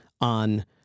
on